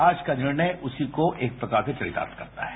आज का निर्णय उसी को एक प्रकार से चरितार्थ करता है